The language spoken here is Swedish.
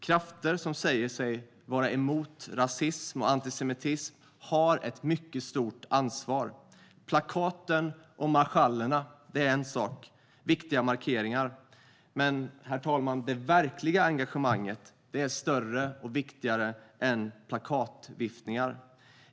Krafter som säger sig vara emot rasism och antisemitism har ett mycket stort ansvar. Plakaten och marschallerna är en sak - de är viktiga markeringar. Men, herr talman, det verkliga engagemanget är större och viktigare än plakatviftningar.